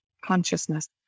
consciousness